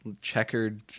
checkered